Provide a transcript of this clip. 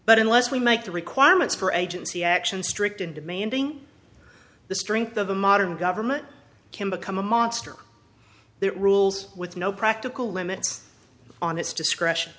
but unless we make the requirements for agency action strict and demanding the strength of a modern government can become a monster that rules with no practical limits on its discretion